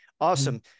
awesome